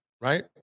right